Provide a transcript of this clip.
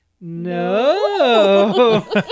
No